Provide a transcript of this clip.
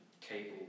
cable